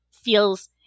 feels